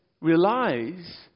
realize